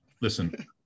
listen